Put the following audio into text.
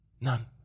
none